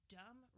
dumb